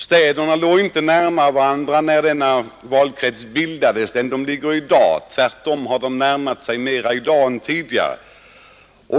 Städerna låg inte närmare varandra när denna valkrets bildades än de ligger i dag. Tvärtom har de kommit närmare varandra i dag.